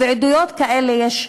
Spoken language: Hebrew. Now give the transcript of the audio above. עדויות כאלה יש בטונות.